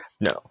No